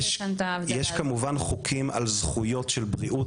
יש כמובן חוקים על זכויות של בריאות,